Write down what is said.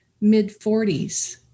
mid-40s